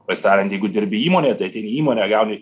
pasidarant jeigu dirbi įmonėj tai ateini į įmonę gauni